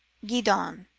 gedon,